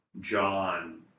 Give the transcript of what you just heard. John